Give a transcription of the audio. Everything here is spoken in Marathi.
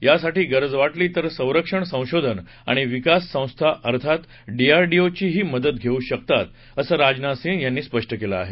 यासाठी गरज वाटली तर ते संरक्षण संशोधन आणि विकास संस्था अर्थात डीआरडीओ ची ही मदत घेऊ शकतात असं राजनाथ सिंह यांनी म्हटलं आहे